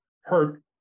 hurt